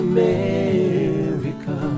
America